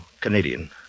Canadian